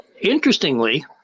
interestingly